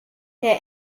der